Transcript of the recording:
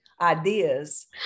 ideas